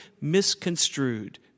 misconstrued